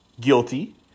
guilty